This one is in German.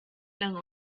lange